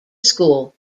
school